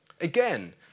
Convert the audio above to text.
Again